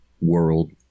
world